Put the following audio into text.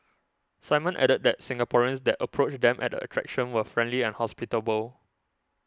Simon added that Singaporeans that approached them at the attraction were friendly and hospitable